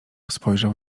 spojrzał